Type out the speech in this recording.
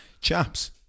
Chaps